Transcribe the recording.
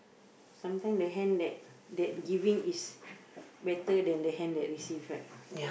sometime the hand that that giving is better than the hand that receive right